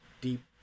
deep